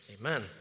amen